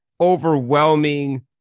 overwhelming